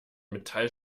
metall